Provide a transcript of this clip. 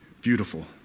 beautiful